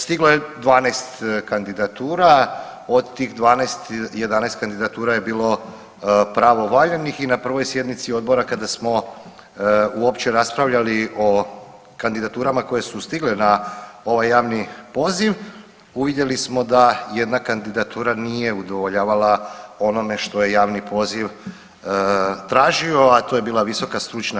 Stiglo je 12 kandidatura, od tih 12 11 kandidatura je bilo pravovaljanih i na prvoj sjednici odbora kada smo uopće raspravljali o kandidaturama koje su stigle na ovaj javni poziv uvidjeli smo da jedna kandidatura nije udovoljavala onome što je javni poziv tražio, a to je bila VSS.